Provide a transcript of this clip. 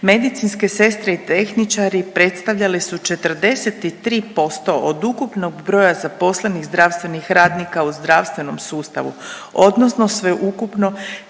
medicinske sestre i tehničari predstavljali su 43 posto od ukupnog broja zaposlenih zdravstvenih radnika u zdravstvenom sustavu, odnosno sveukupno